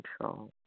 control